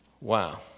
Wow